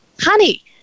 honey